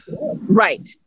Right